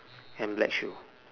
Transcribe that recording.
and black shoe